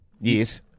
Yes